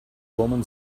woman